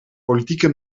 politieke